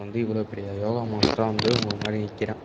வந்து இவ்ளோ பெரிய யோகா மாஸ்ட்ராக வந்து உங்கள் முன்னாடி நிற்கறேன்